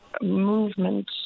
movement